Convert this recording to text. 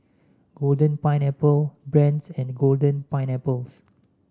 Golden Pineapple Brand's and Golden Pineapple